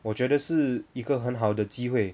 我觉得是一个很好的机会